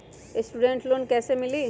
Student loan कैसे मिली?